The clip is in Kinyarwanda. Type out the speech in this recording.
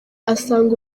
asanga